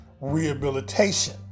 rehabilitation